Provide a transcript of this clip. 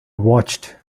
watched